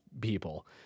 people